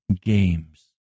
games